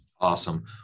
Awesome